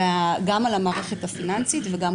גם על המערכת הפיננסית וגם,